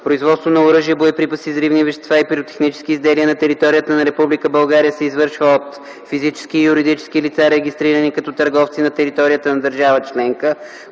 Производство на оръжия, боеприпаси, взривни вещества и пиротехнически изделия на територията на Република България се извършва от физически и юридически лица, регистрирани като търговци на територията на държава членка,